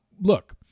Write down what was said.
look